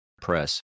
press